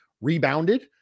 rebounded